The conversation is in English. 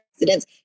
incidents